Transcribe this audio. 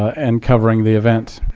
and covering the event.